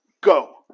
go